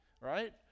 right